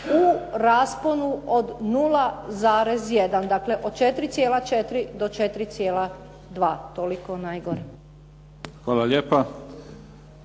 u rasponu od 0,1. Dakle, od 4,4 do 4,2. Toliko najgore. **Mimica,